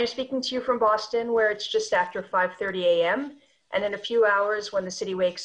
פרסמתי סרטון לפני כמה שנים עם חבר שהוא בעל